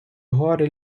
гори